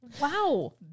Wow